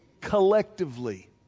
collectively